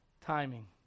timing